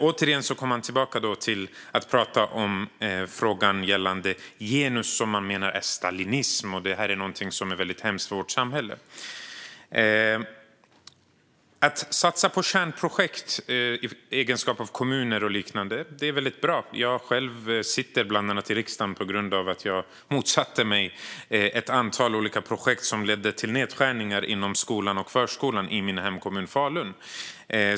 Återigen går han tillbaka till att prata om frågan om genus, vilket man menar är stalinism och något som är väldigt hemskt för vårt samhälle. Att i egenskap av kommun satsa på kärnprojekt är väldigt bra. Jag sitter själv i riksdagen bland annat på grund av att jag motsatte mig ett antal olika projekt som ledde till nedskärningar inom skolan och förskolan i min hemkommun Falun.